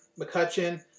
McCutcheon